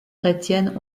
chrétiennes